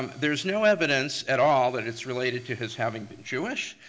um there's no evidence at all that it's related to his having been jewish.